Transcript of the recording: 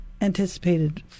anticipated